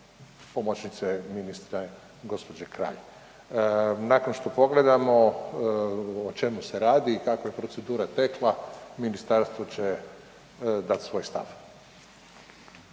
pomoćnice ministra gospođe Kralj. Nakon što pogledamo o čemu se radi i kako je procedura tekla ministarstvo će dati svoj stav.